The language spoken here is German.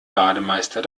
bademeister